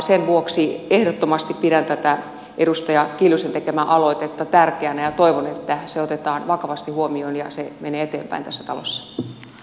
sen vuoksi ehdottomasti pidän tätä edustaja kiljusen tekemää aloitetta tärkeänä ja toivon että se otetaan vakavasti huomioon ja se menee eteenpäin tässä talossa